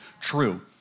true